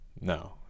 No